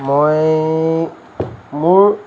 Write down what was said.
মই মোৰ